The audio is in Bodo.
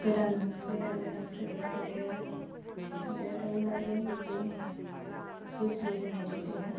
गोदान गोदान गोदान सोदोब सोदेर सोदेरदोंब्लाबो बिदि बुजिनो हायै गैया